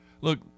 Look –